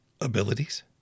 abilities